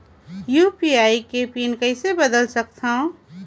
UPI के PIN कइसे बदल सकथव?